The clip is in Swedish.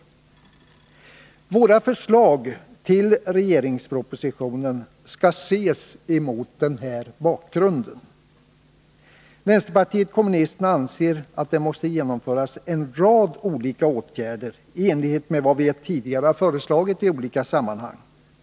Våra förslag med anledning av regeringspropositionen skall ses mot denna bakgrund. Vänsterpartiet kommunisterna anser att det måste genomföras en rad olika åtgärder i enlighet med vad vi tidigare föreslagit i olika sammanhang.